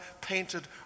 painted